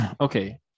Okay